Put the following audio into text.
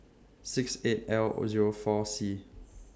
six eight L Zero four C